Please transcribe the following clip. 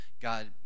God